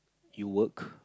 you work